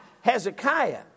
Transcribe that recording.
Hezekiah